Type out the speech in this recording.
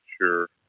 sure